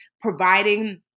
providing